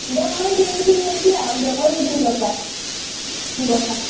দিয়ক মই সি আহিলে সি আহক দিয়ক মই শুধিম দিয়ক সিয়াক কি কথা